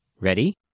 Ready